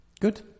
Good